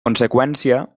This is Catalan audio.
conseqüència